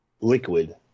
liquid